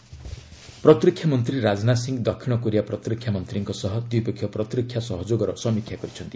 Rajnath South Korea ପ୍ରତିରକ୍ଷା ମନ୍ତ୍ରୀ ରାଜନାଥ ସିଂହ ଦକ୍ଷିଣ କୋରିଆ ପ୍ରତିରକ୍ଷା ମନ୍ତ୍ରୀଙ୍କ ସହ ଦ୍ୱିପକ୍ଷୀୟ ପ୍ରତିରକ୍ଷା ସହଯୋଗର ସମୀକ୍ଷା କରିଛନ୍ତି